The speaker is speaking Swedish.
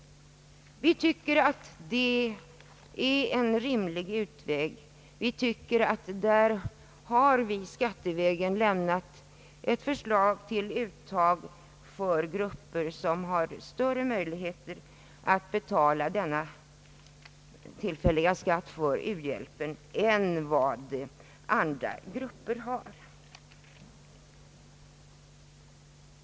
Vi tycker att det är en rimlig utväg, då vi föreslår att man skattevägen skall ta ut dessa pengar från grupper som har större möjligheter att betala denna tillfälliga skatt för u-hjälpen än vad andra grupper har.